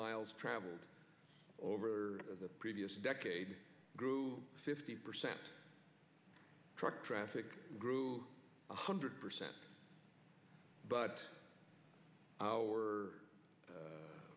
miles traveled over the previous decade grew fifty percent truck traffic grew one hundred percent but our